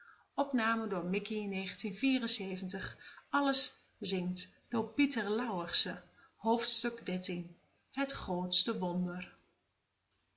alles zingt het grootste wonder